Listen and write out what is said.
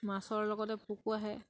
মাছৰ লগতে পোকো আহে